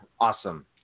awesome